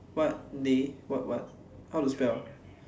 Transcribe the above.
what lay what what how to spell